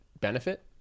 benefit